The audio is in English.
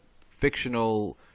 fictional